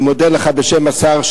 אני מודה לך בשם השר,